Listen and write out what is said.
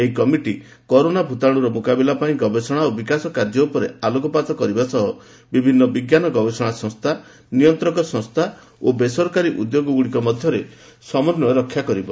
ଏହି committee corona ଭୂତାଣୁର ମୁକାବିଲା ପାଇଁ ଗବେଷଣା ଓ ବିକାଶ କାର୍ଯ୍ୟ ଉପରେ ଆଲୋକପାତ କରିବା ସହ ବିଭିନ୍ନ ବିଜ୍ଞାନ ଗବେଷଣା ସଂସ୍ଥା ନିୟନ୍ତକ ସଂସ୍ଥା ଓ ବେସରକାରୀ ଉଦ୍ୟୋଗଗୁଡ଼ିକ ମଧ୍ୟରେ ସମନ୍ୱୟ ରକ୍ଷା କରିବ